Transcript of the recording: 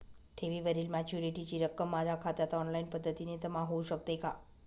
ठेवीवरील मॅच्युरिटीची रक्कम माझ्या खात्यात ऑनलाईन पद्धतीने जमा होऊ शकते का?